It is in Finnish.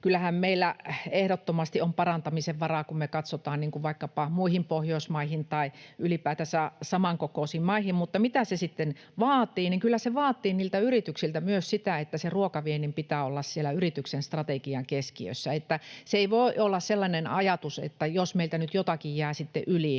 kyllähän meillä ehdottomasti on parantamisen varaa, kun me katsotaan vaikkapa muihin Pohjoismaihin tai ylipäätänsä samankokoisiin maihin. Mutta mitä se sitten vaatii? Kyllä se vaatii niiltä yrityksiltä myös sitä, että sen ruokaviennin pitää olla siellä yrityksen strategian keskiössä. Se ei voi olla sellainen ajatus, että jos meiltä nyt jotakin jää sitten yli,